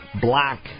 Black